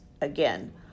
again